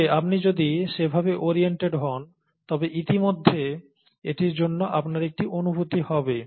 তবে আপনি যদি সেভাবে অরিয়েন্টেড হন তবে ইতিমধ্যে এটির জন্য আপনার একটি অনুভূতি হবে